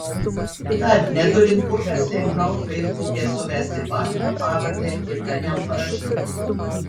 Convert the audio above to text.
tad neturint kur kas lengviau feisbuke suvesti vardą pavardę ir ten jam parašyti